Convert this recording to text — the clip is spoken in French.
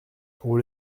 pour